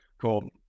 Cool